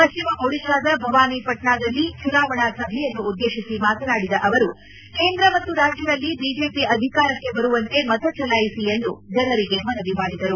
ಪಶ್ಲಿಮ ಒಡಿಶಾದ ಭವಾನಿ ಪಟ್ನಾದಲ್ಲಿ ಚುನಾವಣಾ ಸಭೆಯನ್ನುದ್ಲೇತಿಸಿ ಮಾತನಾಡಿದ ಅವರು ಕೇಂದ್ರ ಮತ್ತು ರಾಜ್ಯದಲ್ಲಿ ಬಿಜೆಪಿ ಅಧಿಕಾರಕ್ಕೆ ಬರುವಂತೆ ಮತಚಲಾಯಿಸಿ ಎಂದು ಜನರಿಗೆ ಮನವಿ ಮಾಡಿದರು